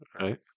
Right